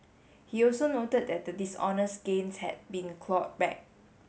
he also noted that the dishonest gains had been clawed back